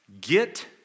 Get